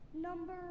Number